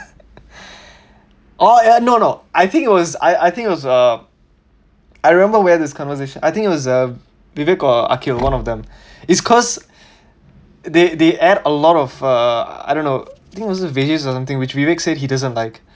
oh ya no no I think it was I I think it was uh I remember where this conversation I think it was uh vivic or aqil one of them is cause they they add a lot of uh I don't know think was it veges or something which vivic said he doesn't like